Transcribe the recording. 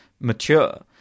mature